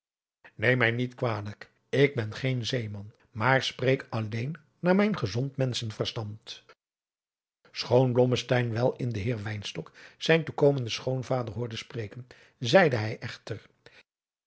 neem mij niet kwalijk ik ben geen zeeman maar spreek alleen naar mijn gezond menschenverstand schoon blommesteyn wel in den heer wynstok zijn toekomenden schoonvader hoorde spreken zeide hij echter